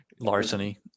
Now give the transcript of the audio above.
larceny